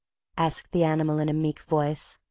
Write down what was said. asked the animal in a meek voice.